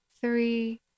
three